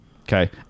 okay